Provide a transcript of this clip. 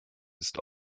ist